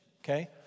okay